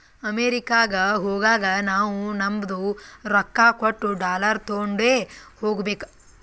ಅಮೆರಿಕಾಗ್ ಹೋಗಾಗ ನಾವೂ ನಮ್ದು ರೊಕ್ಕಾ ಕೊಟ್ಟು ಡಾಲರ್ ತೊಂಡೆ ಹೋಗ್ಬೇಕ